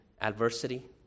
adversity